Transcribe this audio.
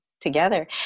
Together